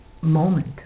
moment